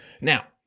Now